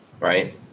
right